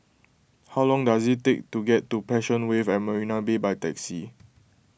how long does it take to get to Passion Wave at Marina Bay by taxi